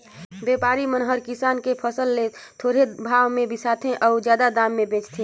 बेपारी मन हर किसान के फसल ल थोरहें भाव मे बिसाथें अउ जादा मे बेचथें